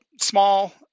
small